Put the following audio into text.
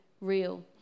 real